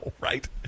right